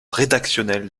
rédactionnel